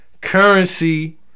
Currency